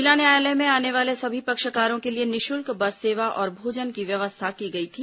जिला न्यायालय में आने वाले सभी पक्षकारों के लिए निःषुल्क बस सेवा और भोजन की व्यवस्था की गई थी